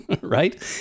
Right